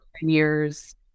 years